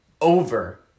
over